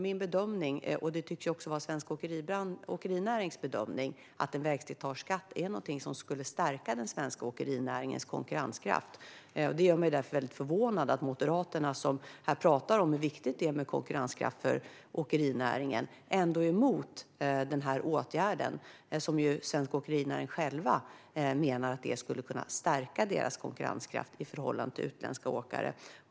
Min bedömning - och det tycks också vara svensk åkerinärings bedömning - är att en vägslitageskatt är någonting som skulle stärka den svenska åkerinäringens konkurrenskraft. Det gör mig därför väldigt förvånad att Moderaterna, som här pratar om hur viktigt det är med konkurrenskraft för åkerinäringen, är emot denna åtgärd. Svensk åkerinäring menar själva att åtgärden skulle kunna stärka deras konkurrenskraft i förhållande till utländska åkare.